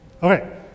Okay